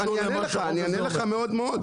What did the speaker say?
אני אענה לך, אני אענה לך מאוד מאוד.